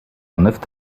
نفط